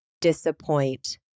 disappoint